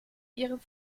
ihrem